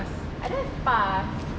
I don't have pass